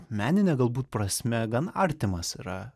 menine galbūt prasme gan artimas yra